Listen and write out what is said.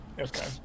Okay